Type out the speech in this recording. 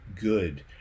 good